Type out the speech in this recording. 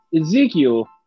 Ezekiel